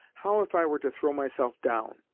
how if i were to throw myself down?